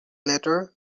letter